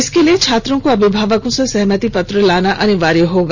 इसके लिए छात्रों को अभिभावकों से सहमति पत्र लाना अनिवार्य होगा